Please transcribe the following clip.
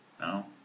No